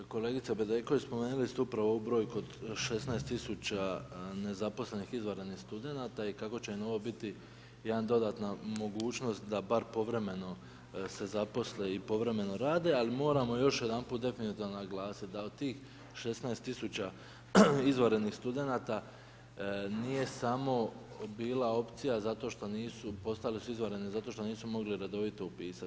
Kolegica Bedeković spomenuli ste upravo ovu brojku od 16 000 nezaposlenih izvanrednih studenata i kako će im ovo biti jedna dodatna mogućnost da bar povremeno se zaposle i povremeno rade, ali moramo još jedanput definitivno naglasit da od tih 16 000 izvanrednih studenata nije samo bila opcija zato što nisu, postali su izvanredni zato što nisu mogli redovito upisat.